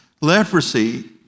Leprosy